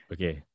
Okay